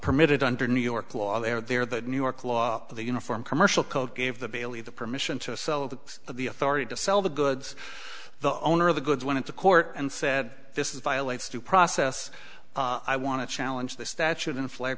permitted under new york law there the new york law the uniform commercial code gave the baileys the permission to sell that the authority to sell the goods the owner of the goods went into court and said this is violates due process i want to challenge this statute in flat